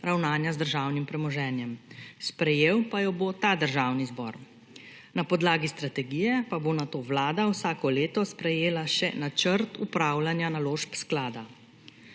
ravnanja z državnim premoženjem, sprejel pa jo bo ta državni zbor. Na podlagi strategije pa bo nato Vlada vsako leto sprejela še načrt upravljanja naložb sklada.